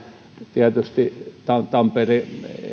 tietysti tampere